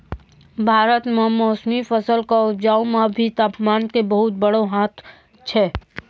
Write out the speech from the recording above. भारत मॅ मौसमी फसल कॅ उपजाय मॅ भी तामपान के बहुत बड़ो हाथ छै